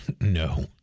no